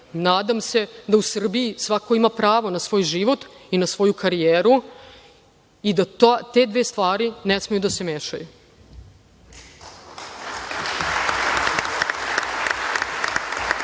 Nadam se da u Srbiji svako ima pravo na svoj život i na svoju karijeru i da te dve stvari ne smeju da se mešaju. Još